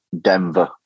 Denver